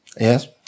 Yes